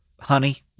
honey